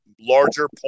larger